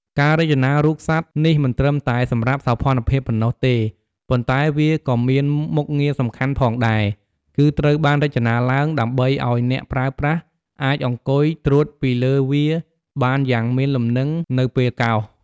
ការរចនារូបសត្វនេះមិនត្រឹមតែសម្រាប់សោភ័ណភាពប៉ុណ្ណោះទេ ប៉ុន្តែវាក៏មានមុខងារសំខាន់ផងដែរ គឺត្រូវបានរចនាឡើងដើម្បីឲ្យអ្នកប្រើប្រាស់អាចអង្គុយត្រួតពីលើវាបានយ៉ាងមានលំនឹងនៅពេលកោស។